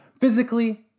physically